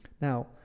Now